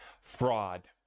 fraud